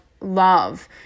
love